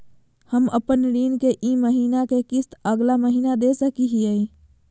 हम अपन ऋण के ई महीना के किस्त अगला महीना दे सकी हियई?